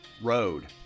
road